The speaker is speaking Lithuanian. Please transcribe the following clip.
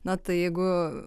na tai jeigu